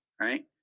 Right